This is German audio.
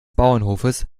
bauernhofes